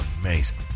amazing